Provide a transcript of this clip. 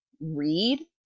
read